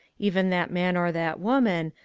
even that man or that woman,